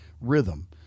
rhythm